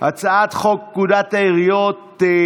הצעת פקודת העיריות.